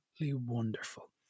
wonderful